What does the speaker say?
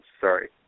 sorry